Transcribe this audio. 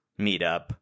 meetup